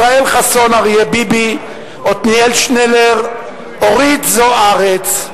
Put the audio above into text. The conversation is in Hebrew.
ישראל חסון, אריה ביבי, עתניאל שנלר, אורית זוארץ,